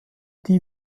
die